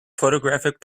photographic